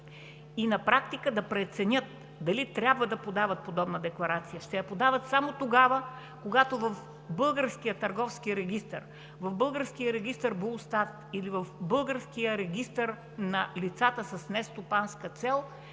и на практика да преценят дали трябва да подават подобна декларация, ще я подават само тогава, когато в българския Търговски регистър, в българския регистър БУЛСТАТ или в българския регистър на лицата с нестопанска цел